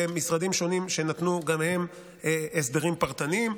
ומשרדים שונים שנתנו גם הם הסדרים פרטניים.